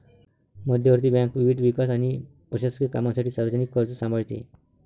मध्यवर्ती बँक विविध विकास आणि प्रशासकीय कामांसाठी सार्वजनिक कर्ज सांभाळते